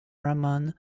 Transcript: ramon